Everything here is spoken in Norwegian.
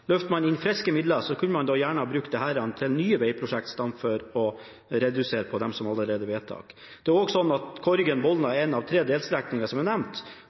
Løfter man inn friske midler, kunne man gjerne ha brukt dette til nye vegprosjekter framfor å redusere på dem som allerede er vedtatt. Det er også sånn at Korgen–Bolna er en av tre delstrekninger som er nevnt,